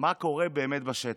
מה קורה באמת בשטח.